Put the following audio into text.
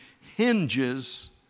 hinges